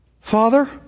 Father